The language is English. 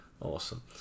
Awesome